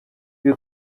ibi